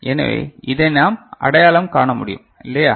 எனவே இதை நாம் அடையாளம் காண முடியும் இல்லையா